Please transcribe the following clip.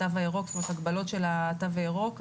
הגבלות של התו הירוק,